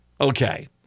Okay